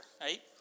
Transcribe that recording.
right